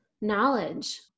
knowledge